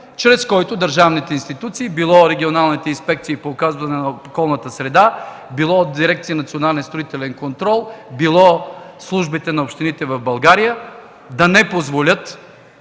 чрез който държавните институции – било регионалните инспекции по опазване на околната среда, било от дирекция „Национален строителен контрол”, било службите на общините в България да не позволят